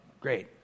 Great